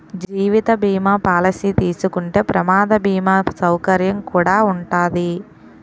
జీవిత బీమా పాలసీ తీసుకుంటే ప్రమాద బీమా సౌకర్యం కుడా ఉంటాది